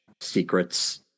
secrets